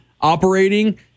operating